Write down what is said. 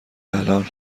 الان